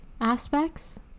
aspects